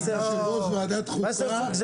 אני